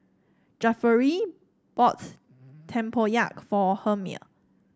Jefferey bought tempoyak for Helmer